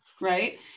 Right